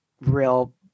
real